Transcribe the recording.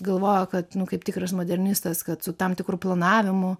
galvoja kad nu kaip tikras modernistas kad su tam tikru planavimu